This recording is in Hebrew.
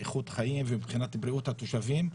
איכות חיים ומבחינת בריאות התושבים,